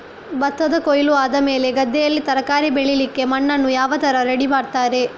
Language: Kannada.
ಭತ್ತದ ಕೊಯ್ಲು ಆದಮೇಲೆ ಗದ್ದೆಯಲ್ಲಿ ತರಕಾರಿ ಬೆಳಿಲಿಕ್ಕೆ ಮಣ್ಣನ್ನು ಯಾವ ತರ ರೆಡಿ ಮಾಡ್ತಾರೆ?